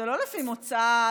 זה לא לפי מוצא,